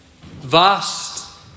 Vast